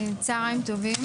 צוהריים טובים.